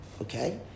okay